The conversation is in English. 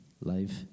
life